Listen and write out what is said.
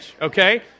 okay